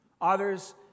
Others